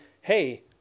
hey